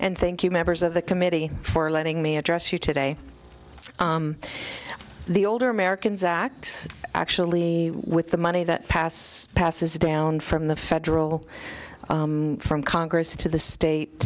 and thank you members of the committee for letting me address here today the older americans act actually with the money that pass passes down from the federal from congress to the state